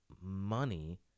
money